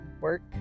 work